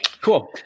Cool